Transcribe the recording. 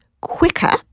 quicker